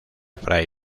fray